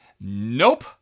Nope